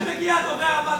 עד שמגיע הדובר הבא,